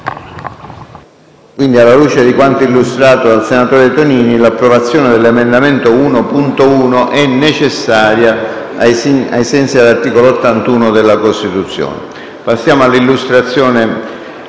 Alla luce di quanto illustrato dal senatore Tonini, l'approvazione dell'emendamento 1.1 è necessaria ai sensi dell'articolo 81 della Costituzione. Passiamo all'esame